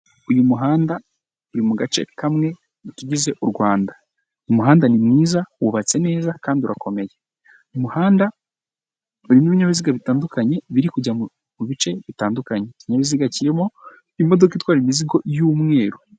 Uyu muhanda uri mu gace kamwe mu tugize u Rwanda, umuhanda ni mwiza wubatse neza kandi urakomeye, uyu muhanda urimo ibinyabiziga bitandukanye biri kujya mu bice bitandukanye, ikinyabiziga kirimo imodoka itwara imizigo y'umweru.